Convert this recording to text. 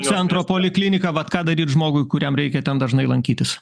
centro poliklinika vat ką daryt žmogui kuriam reikia ten dažnai lankytis